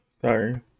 Sorry